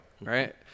right